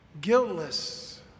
guiltless